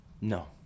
No